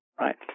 right